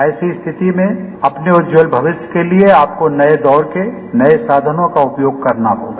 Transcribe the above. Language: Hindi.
ऐसी स्थिति में अपने उज्जवल भविष्य के लिए आपको नए दौर के नए साधनों का उपयोग करना होगा